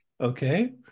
Okay